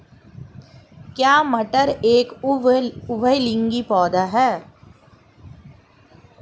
क्या मटर एक उभयलिंगी पौधा है?